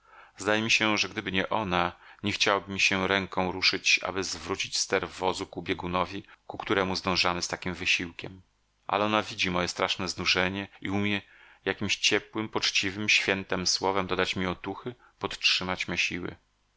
zdaje mi się że gdyby nie ona nie chciałoby mi się ręką ruszyć aby zwrócić ster wozu ku biegunowi ku któremu zdążamy z takim wysiłkiem ale ona widzi moje straszne znużenie i umie jakiemś ciepłem poczciwem świętem słowem dodać mi otuchy podtrzymać me siły